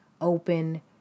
open